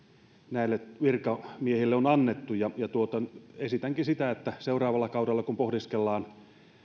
näille virkamiehille on annettu esitänkin sitä että seuraavalla kaudella kun pohdiskellaan